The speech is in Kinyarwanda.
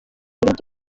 ibintu